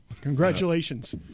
Congratulations